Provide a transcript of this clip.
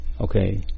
Okay